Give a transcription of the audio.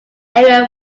area